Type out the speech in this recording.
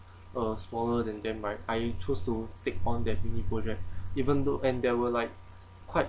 uh smaller than them right I chose to take on that mini project even though and there were like quite